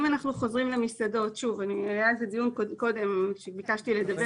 אם אנחנו חוזרים למסעדות היה על זה דיון קודם ואז ביקשתי לדבר